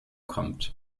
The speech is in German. kommt